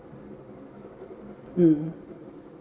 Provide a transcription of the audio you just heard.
mm